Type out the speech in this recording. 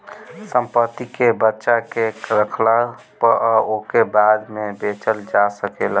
संपत्ति के बचा के रखला पअ ओके बाद में बेचल जा सकेला